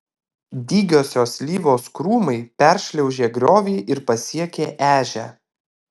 dygiosios slyvos krūmai peršliaužė griovį ir pasiekė ežią